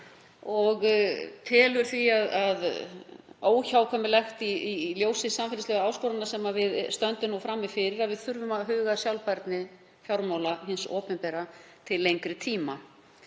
Það telur því óhjákvæmilegt, í ljósi þeirra samfélagslegu áskorana sem við stöndum nú frammi fyrir, að við þurfum að huga að sjálfbærni fjármála hins opinbera til lengri tíma.